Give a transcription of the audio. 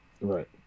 right